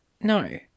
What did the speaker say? No